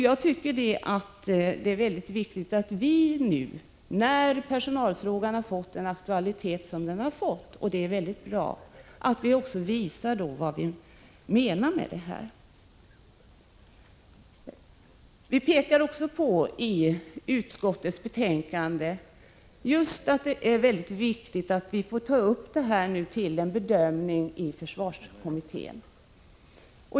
Jag tycker det är väsentligt att vi nu när personalfrågan har fått den aktualitet som den fått, vilket är väldigt bra, också visar vad vi menar. Vi framhåller i utskottets betänkande att det är viktigt att frågan bedöms av försvarskommittén.